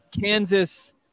Kansas